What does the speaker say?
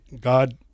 God